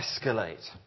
escalate